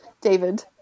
David